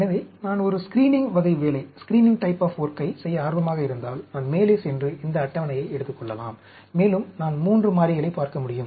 எனவே நான் ஒரு ஸ்கிரீனிங் வகை வேலையைச் செய்ய ஆர்வமாக இருந்தால் நான் மேலே சென்று இந்த அட்டவணையை எடுத்துக் கொள்ளலாம் மேலும் நான் 3 மாறிகளைப் பார்க்க முடியும்